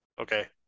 Okay